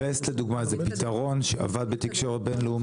ווסט לדוגמה זה פתרון שעבד בתקשורת בין לאומית.